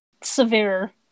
severe